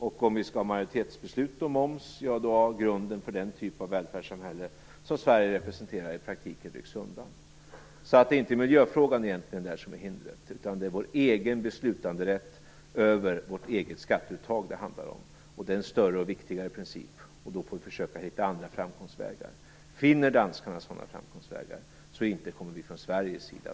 Och skall vi ha majoritetsbeslut om moms har grunden för den typ av välfärdssamhälle som Sverige representerar i praktiken ryckts undan. Det är alltså egentligen inte miljöfrågan som är hindret, utan det är vår egen beslutanderätt över vårt eget skatteuttag det handlar om. Det är en större och viktigare princip, och då får vi försöka hitta andra framkomstvägar. Finner danskarna sådana framkomstvägar kommer vi inte att stoppa det från Sveriges sida.